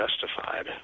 justified